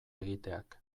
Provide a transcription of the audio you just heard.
egiteak